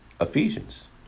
Ephesians